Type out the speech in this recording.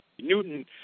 Newton